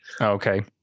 okay